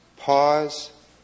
Pause